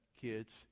kids